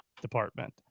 Department